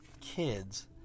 kids